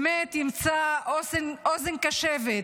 באמת ימצא אוזן קשבת,